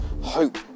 hope